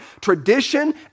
tradition